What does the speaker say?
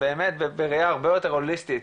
בראיה הרבה יותר הוליסטית,